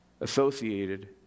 associated